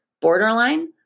borderline